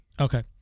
Okay